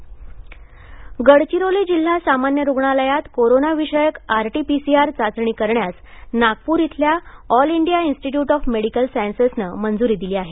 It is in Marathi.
आरटीपीसीआर गडचिरोली जिल्हा सामान्य रुग्णालयात कोरोनाविषयक आरटीपीसीआर चाचणी करण्यास नागपूर इथल्या all India institute of medical सायन्सेसनं मंजुरी दिली आहे